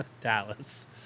Dallas